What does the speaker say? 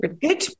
Good